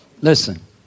Listen